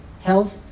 health